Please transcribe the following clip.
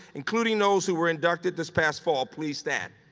including those who were inducted this past fall, please stand.